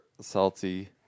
salty